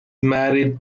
married